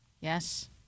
Yes